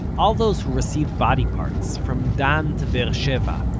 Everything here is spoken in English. all those who received body parts, from dan to be'er sheva,